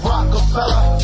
Rockefeller